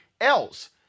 else